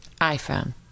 iPhone